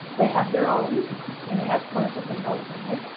they have their own and it has parental controls on it.